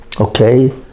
okay